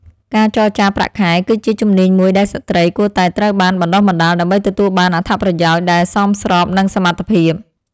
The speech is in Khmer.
ការចរចាប្រាក់ខែ គឺជាជំនាញមួយដែលស្ត្រីគួរតែត្រូវបានបណ្តុះបណ្តាល ដើម្បីទទួលបានអត្ថប្រយោជន៍ដែលសមស្របនឹងសមត្ថភាព។